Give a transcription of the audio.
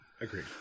Agreed